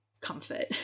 comfort